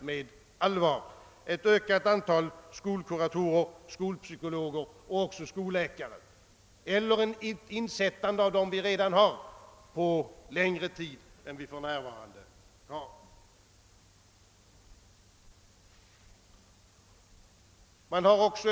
Det behövs ett ökat antal skolkuratorer, skolpsykologer och även skolläkare eller ett insättande av dem som vi redan har på längre tid än vad som för närvarande sker.